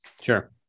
Sure